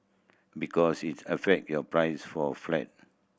because it affect your price for a flat